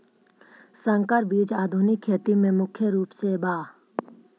संकर बीज आधुनिक खेती में मुख्य रूप से बा